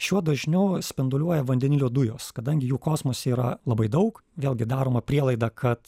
šiuo dažniu spinduliuoja vandenilio dujos kadangi jų kosmose yra labai daug vėlgi daroma prielaida kad